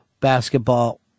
basketball